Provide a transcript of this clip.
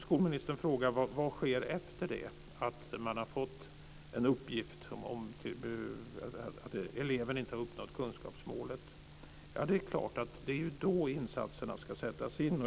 Skolministern frågar: Vad sker efter det att man har fått uppgift om att eleven inte har uppnått kunskapsmålet? Ja, det är ju då insatserna ska sättas in.